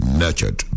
nurtured